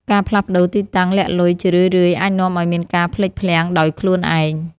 ការផ្លាស់ប្តូរទីតាំងលាក់លុយជារឿយៗ អាចនាំឱ្យមានការភ្លេចភ្លាំងដោយខ្លួនឯង។